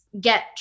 get